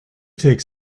take